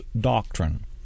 Doctrine